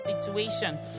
situation